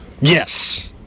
Yes